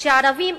שהערבים,